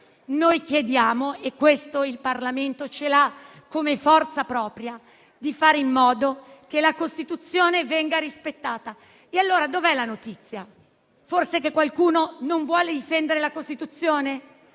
Noi chiediamo, e questa è una forza propria del Parlamento, di fare in modo che la Costituzione venga rispettata. E allora dove è la notizia? Forse qualcuno non vuole difendere la Costituzione?